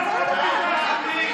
נרשמת לדבר?